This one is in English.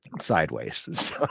sideways